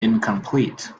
incomplete